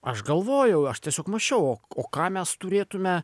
aš galvojau aš tiesiog mąsčiau o ką mes turėtume